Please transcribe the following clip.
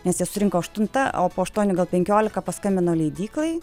nes jie susirinko aštuntą o po aštuonių gal penkiolika paskambino leidyklai